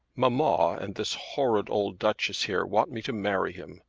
mamma and this horrid old duchess here want me to marry him.